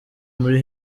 muri